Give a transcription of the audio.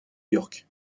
york